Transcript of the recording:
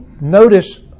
Notice